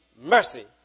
mercy